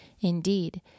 indeed